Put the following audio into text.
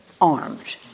armed